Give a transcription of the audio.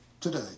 today